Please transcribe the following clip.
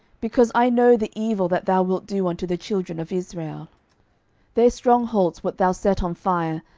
because i know the evil that thou wilt do unto the children of israel their strong holds wilt thou set on fire,